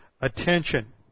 attention